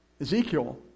Ezekiel